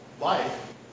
life